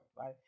right